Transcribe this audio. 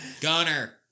Gunner